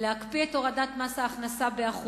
להקפיא את הורדת מס ההכנסה ב-1%.